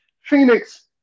Phoenix –